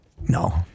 No